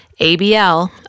ABL